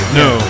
no